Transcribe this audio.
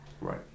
Right